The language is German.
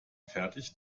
fertig